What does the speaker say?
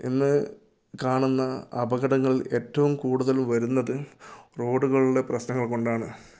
ഇന്ന് കാണുന്ന അപകടങ്ങളിൽ ഏറ്റവും കൂടുതൽ വരുന്നത് റോഡുകളുടെ പ്രശ്നങ്ങൾ കൊണ്ടാണ്